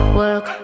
work